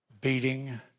beating